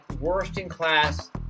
worst-in-class